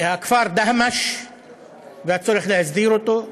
הכפר דהאמש והצורך להסדיר אותו,